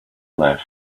left